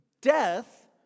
death